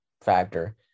factor